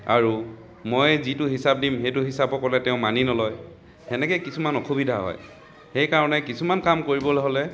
আৰু মই যিটো হিচাপ দিম সেইটো হিচাপত ক'লে তেওঁ মানি নলয় সেনেকে কিছুমান অসুবিধা হয় সেইকাৰণে কিছুমান কাম কৰিবলৈ হ'লে